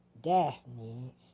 Daphne